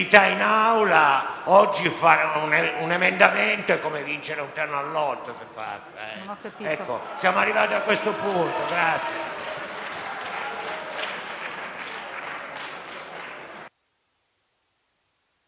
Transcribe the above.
Presidente, onorevoli senatori,